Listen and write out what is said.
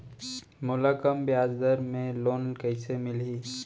मोला कम ब्याजदर में लोन कइसे मिलही?